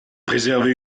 préserver